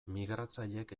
migratzaileek